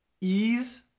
ease